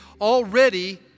already